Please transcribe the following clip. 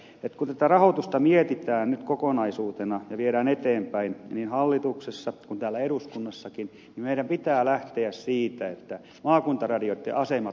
kun tätä rahoitusta mietitään nyt kokonaisuutena ja viedään eteenpäin niin hallituksessa kuin täällä eduskunnassakin meidän pitää lähteä siitä että maakuntaradioitten asema tullaan säilyttämään